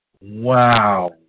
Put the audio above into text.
Wow